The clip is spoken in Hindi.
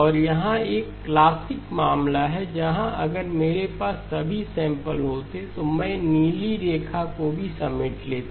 और यहां एक क्लासिक मामला है जहां अगर मेरे पास सभी सैंपल होते तो मैं नीली रेखा को भी समेट लेता